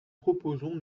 proposons